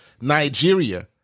Nigeria